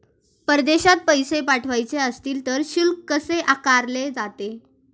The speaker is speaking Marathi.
परदेशात पैसे पाठवायचे असतील तर शुल्क कसे आकारले जाते?